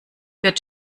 wird